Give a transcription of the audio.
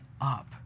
up